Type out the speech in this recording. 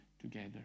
together